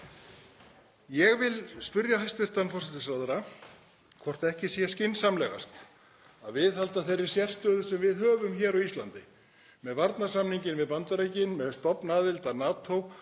Ég vil spyrja hæstv. forsætisráðherra hvort ekki sé skynsamlegast að viðhalda þeirri sérstöðu sem við höfum hér á Íslandi með varnarsamninginn við Bandaríkin, með stofnaðild að NATO